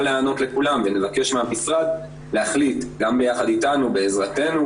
להיענות לכולן ונבקש מהמשרד להחליט גם ביחד איתנו בעזרתנו,